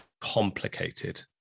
complicated